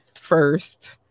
first